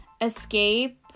escape